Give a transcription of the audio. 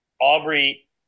Aubrey